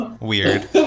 weird